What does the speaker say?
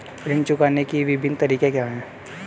ऋण चुकाने के विभिन्न तरीके क्या हैं?